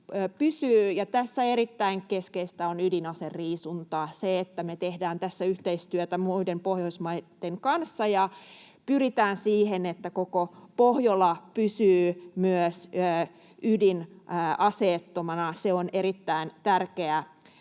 tässä erittäin keskeistä on ydinaseriisunta. Se, että me tehdään tässä yhteistyötä muiden Pohjoismaiden kanssa ja pyritään siihen, että koko Pohjola myös pysyy ydinaseettomana, on erittäin tärkeä